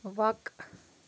وق